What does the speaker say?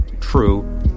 true